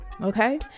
okay